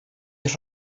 wedi